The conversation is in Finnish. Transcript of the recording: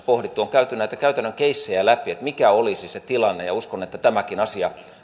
pohdittu on käyty näitä käytännön keissejä läpi että mikä olisi se tilanne ja uskon että tämäkin asia